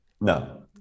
No